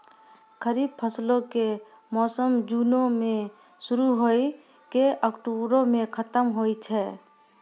खरीफ फसलो के मौसम जूनो मे शुरु होय के अक्टुबरो मे खतम होय छै